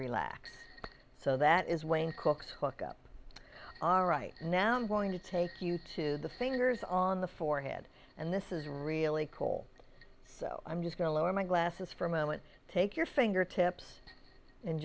relax so that is when cook's hook up all right now i'm going to take you to the fingers on the forehead and this is really cool so i'm just going to lower my glasses for a moment take your fingertips and